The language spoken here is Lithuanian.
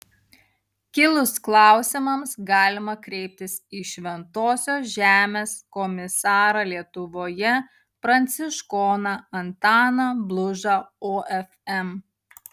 kilus klausimams galima kreiptis į šventosios žemės komisarą lietuvoje pranciškoną antaną blužą ofm